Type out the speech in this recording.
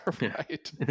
Right